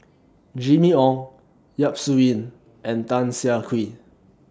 Jimmy Ong Yap Su Yin and Tan Siah Kwee